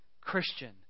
Christian